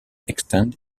extend